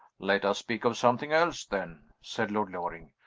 let us speak of something else then, said lord loring.